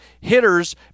hitters